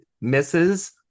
misses